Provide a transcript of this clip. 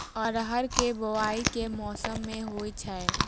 अरहर केँ बोवायी केँ मौसम मे होइ छैय?